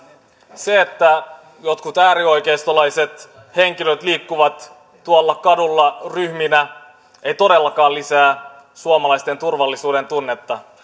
se että jotkut äärioikeistolaiset henkilöt liikkuvat tuolla kadulla ryhminä ei todellakaan lisää suomalaisten turvallisuudentunnetta